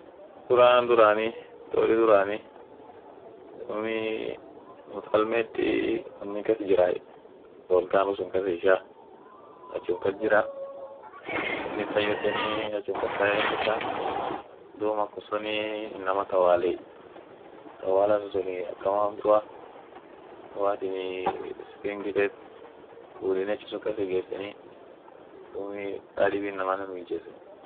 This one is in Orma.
Miusiland adum ishia kabd, ada ishian mouriculture yeden aminen dum musian kabd depapa tongarewa aculand war memorial ta yeden tokinen<unintaligable tokinen tewtewe entago cetlaz yeden dum mambo hujianen lila fan jirt lila bidian ijete akas midasit afaa ishin dubetinen biriin kizunguaf maoria amineni afani kadibin malum sun afaa ishian